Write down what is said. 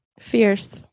Fierce